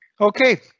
Okay